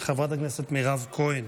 חברת הכנסת מירב כהן,